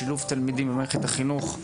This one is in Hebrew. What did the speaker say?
שילוב תלמידים במערכת החינוך,